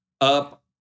up